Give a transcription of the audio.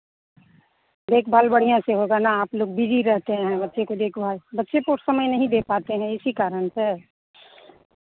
देखभाल बढ़ियाँ से होगा ना आप लोग बिज़ी रहते हैं बच्चे को देखभाल बच्चे को समय नहीं दे पाते हैं इसी कारण से